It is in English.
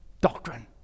doctrine